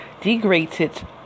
degraded